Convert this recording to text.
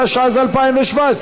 התשע"ז 2017,